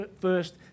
first